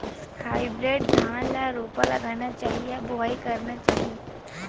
Hybrid धान ल रोपा लगाना चाही या बोआई करना चाही?